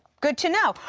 good to know.